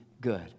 good